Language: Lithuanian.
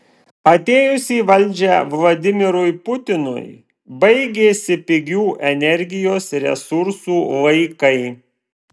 atėjus į valdžią vladimirui putinui baigėsi pigių energijos resursų laikai